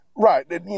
Right